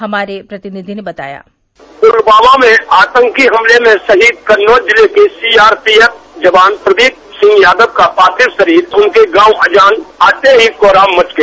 हमारे प्रतिनिधि ने बताया पूलवामा में आतंकी हमले में शहीद कन्नौज जिले के सीआरपीएफ जवान प्रदीप सिंह यादव का पार्थिव शरीर उनके गांव अजान आते ही कोहराम मच गया